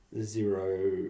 zero